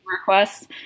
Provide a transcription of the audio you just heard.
requests